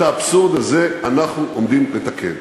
ואת האבסורד הזה אנחנו עומדים לתקן.